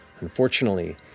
Unfortunately